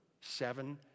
seven